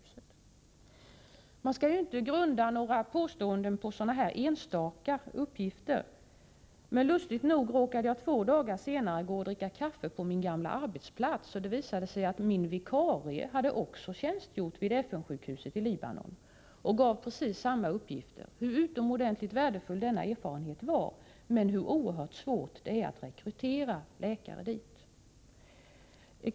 Man skall ju inte grunda några påståenden på sådana enstaka uppgifter, men lustigt nog råkade jag två dagar senare gå och dricka kaffe på min gamla arbetsplats, och det visade sig att min vikarie också hade tjänsgjort vid FN-sjukhuset vid Libanon och lämnade precis samma uppgifter. Vederbörande framhöll hur utomordentligt värdefull denna erfarenhet var men hur oerhört svårt det är att rekrytera läkare dit.